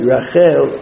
Rachel